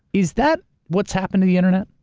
is that what's happened to the internet?